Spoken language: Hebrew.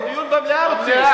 לא, דיון במליאה רוצים.